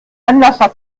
anlasser